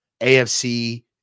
AFC